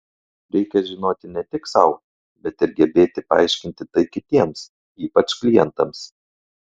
reikia žinoti ne tik sau bet ir gebėti paaiškinti tai kitiems ypač klientams